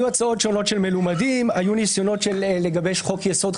יהיו שופטים יותר, אז הוא יצטרך לשפוט.